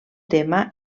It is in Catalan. tema